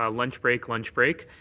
ah lunch break, lunch break.